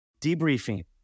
debriefing